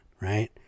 right